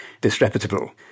disreputable